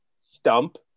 stump